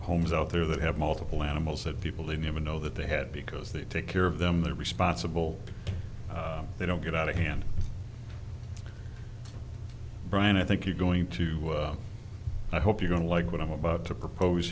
homes out there that have multiple animals that people didn't even know that they had because they take care of them they're responsible they don't get out of hand brian i think you're going to i hope you don't like what i'm about to propose